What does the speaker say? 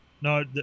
No